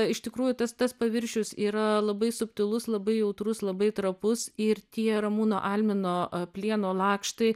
iš tikrųjų tas tas paviršius yra labai subtilus labai jautrus labai trapus ir tie ramūno almino plieno lakštai